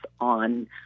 on